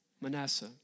Manasseh